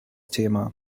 thema